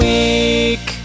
Week